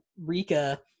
Rika